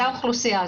זה האוכלוסייה,